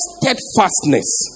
steadfastness